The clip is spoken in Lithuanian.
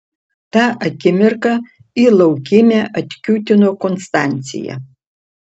tą akimirką į laukymę atkiūtino konstancija